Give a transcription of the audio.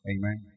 Amen